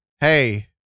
hey